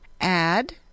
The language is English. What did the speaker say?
Add